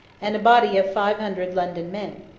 and a body of five hundred london men.